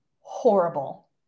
horrible